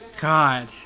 God